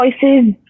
choices